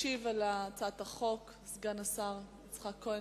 ישיב על הצעת החוק סגן השר יצחק כהן.